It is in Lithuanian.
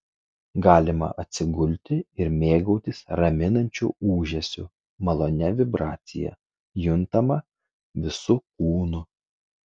galima atsigulti ir mėgautis raminančiu ūžesiu malonia vibracija juntama visu kūnu